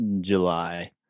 July